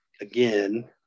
again